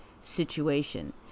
situation